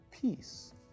Peace